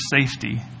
safety